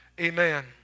Amen